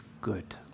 good